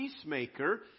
peacemaker